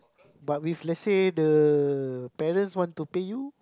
but we let's say the parent wants to pay you